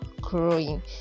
growing